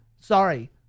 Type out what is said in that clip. Sorry